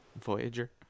voyager